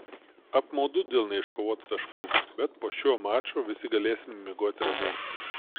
apmaudu dėl neiškovotų taškų bet po šio mačo visi galėsime miegoti ramiai